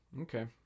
Okay